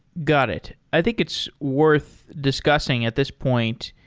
got it. i think it's worth discussing at this point.